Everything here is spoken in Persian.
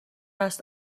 است